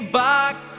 back